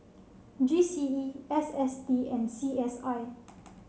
G C E S S T and C S I